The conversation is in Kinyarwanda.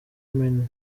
women